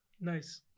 Nice